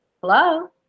Hello